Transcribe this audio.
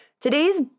today's